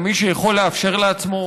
למי שיכול לאפשר זאת לעצמו,